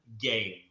game